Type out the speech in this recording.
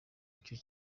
icyo